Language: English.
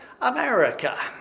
America